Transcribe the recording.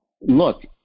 look